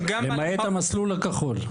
למעט המסלול הכחול.